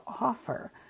offer